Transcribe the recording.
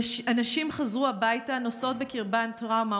הנשים חזרו הביתה נושאות בקרבן טראומה